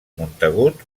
montagut